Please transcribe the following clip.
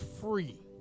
free